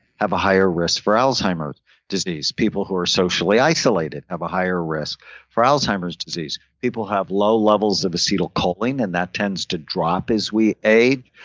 have a higher risk for alzheimer's disease. people who are socially isolated have a higher risk for alzheimer's disease. people have low levels of acetylcholine and that tends to drop as we age,